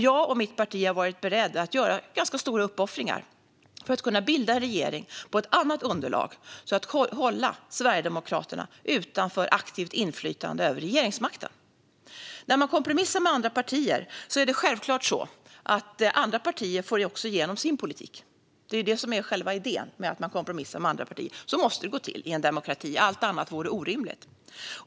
Jag och mitt parti har varit beredda att göra ganska stora uppoffringar för att kunna bilda en regering på ett annat underlag för att hålla Sverigedemokraterna utanför aktivt inflytande över regeringsmakten. När man kompromissar med andra partier är det självklart så att andra partier också får igenom sin politik. Det är det som är själva idén med att man kompromissar med andra partier. Så måste det gå till i en demokrati. Allt annat vore orimligt.